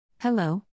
Hello